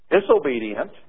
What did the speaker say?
disobedient